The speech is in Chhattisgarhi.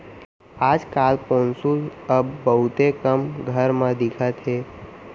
आज काल पौंसुल अब बहुते कम घर म दिखत हे